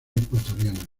ecuatoriana